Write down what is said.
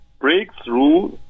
breakthrough